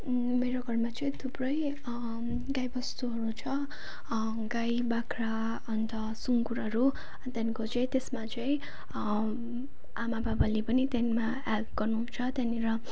मेरो घरमा चाहिँ थुप्रै गाईबस्तुहरू छ गाई बाख्रा अन्त सुँगुरहरू अनि त्यहाँदेखिको चाहिँ त्यसमा चाहिँ आमाबाबाले पनि त्यहाँदेखिमा हेल्प गर्नुहुन्छ त्यहाँनिर